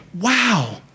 wow